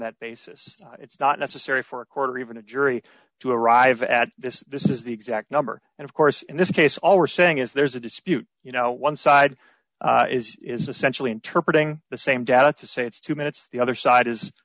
that basis it's not necessary for a quarter or even a jury to arrive at this this is the exact number and of course in this case all were saying is there's a dispute you know one side is essentially interpret ing the same data to say it's two minutes the other side is